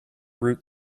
root